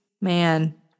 man